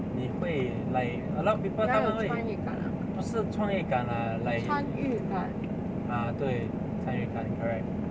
你会 like a lot of people 他们会不是创意感 like uh 对参与感 correct